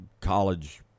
college